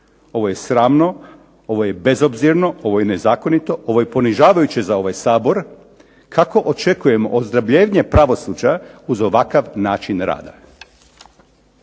Ovo je sramno, ovo je bezobzirno, ovo je nezakonito, ovo je ponižavajuće za ovaj Sabor. Kako očekujemo ozdravljenje pravosuđa uz ovakav način rada.